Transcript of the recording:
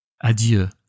Adieu